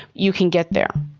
you can get there,